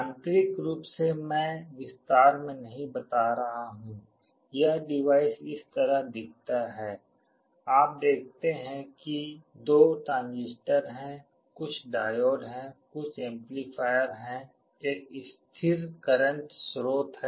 आंतरिक रूप से मैं विस्तार से नहीं बता रहा हूं यह डिवाइस इस तरह दिखता है आप देखते हैं कि दो ट्रांजिस्टर हैं कुछ डायोड हैं कुछ एम्पलीफायर हैं एक स्थिर करंट स्रोत है